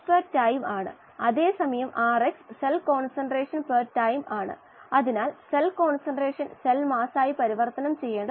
K La ബയോറിയാക്റ്ററിലെ ഒരു പ്രധാന മാനദണ്ഡം ആണ് ഇതുവരെ KLa യെ കുറിച്ച് നമുക്കറിയാം അത് പലപ്പോഴും വിലയിരുത്തേണ്ടതുണ്ട്